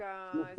דווקא כאן